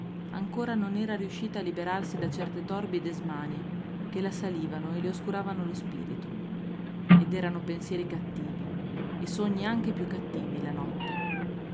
ancora non era riuscita a liberarsi da certe torbide smanie che l'assalivano e le oscuravano lo spirito ed erano pensieri cattivi e sogni anche più cattivi la notte